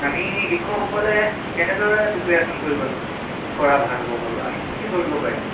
আমি শিক্ষকসকলে কেনেদৰে প্ৰিপেৰেশ্য়ন কৰিব কৰা ভাল হ'ব বাৰু আমি কি কি কৰিব পাৰিম